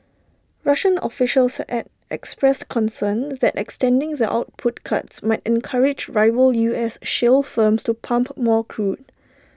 Russian officials had Ad expressed concern that extending the output cuts might encourage rival U S shale firms to pump more crude